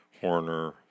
Horner